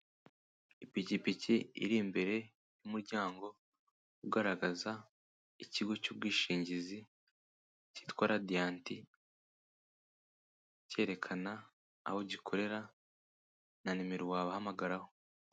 Ipikipiki iri imbere y'umuryango, ugaragaza ikigo cy'ubwishingizi cyitwa RADIANT, cyerekana aho gikorera na nimero wabahamagaraho.